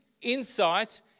insight